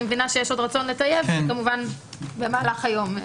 מבינה שיש עוד רצון לטייב במהלך היום.